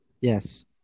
Yes